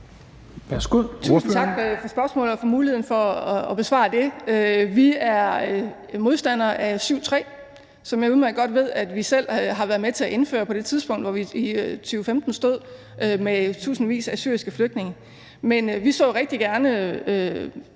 Tusind tak for spørgsmålet og for muligheden for at besvare det. Vi er modstandere af § 7, stk. 3, som jeg udmærket godt ved vi selv har været med til at indføre på det tidspunkt i 2015, hvor vi stod med tusindvis af syriske flygtninge. Men vi så rigtig gerne